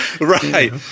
Right